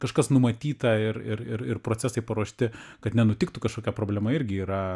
kažkas numatyta ir ir ir ir procesai paruošti kad nenutiktų kažkokia problema irgi yra